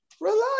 relax